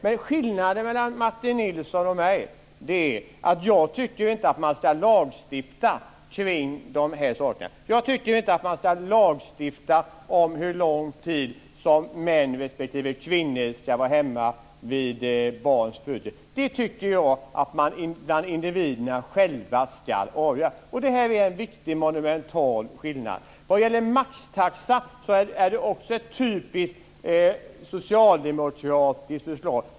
Men skillnaden mellan Martin Nilsson och mig är att jag inte tycker att man ska lagstifta om dessa saker. Jag tycker inte att man ska lagstifta om hur lång tid som män respektive kvinnor ska vara hemma vid barns födelse. Det tycker jag att individerna själva ska avgöra. Det är en viktig och monumental skillnad. Förslaget om maxtaxa är också ett typiskt socialdemokratiskt förslag.